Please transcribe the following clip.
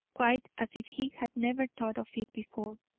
quite as if he had never thought of it before